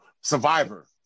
Survivor